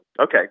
Okay